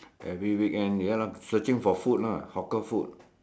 every weekend ya lah searching for food lah hawker food